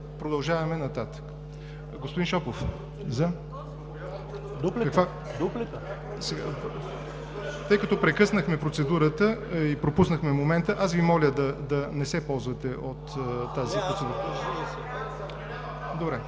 продължаваме нататък. Господин Шопов, тъй като прекъснахме процедурата и пропуснахме момента, аз Ви моля да не се ползвате от тази процедура.